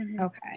Okay